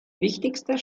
wichtigster